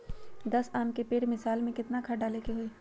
दस आम के पेड़ में साल में केतना खाद्य डाले के होई?